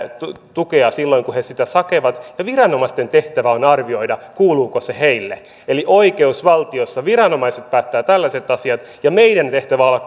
tukea silloin kun he sitä sitä hakevat ja viranomaisten tehtävä on arvioida kuuluuko se heille eli oikeusvaltiossa viranomaiset päättävät tällaiset asiat ja meidän tehtävämme on olla